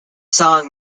song